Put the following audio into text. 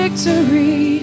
Victory